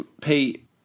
Pete